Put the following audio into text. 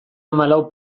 hamalau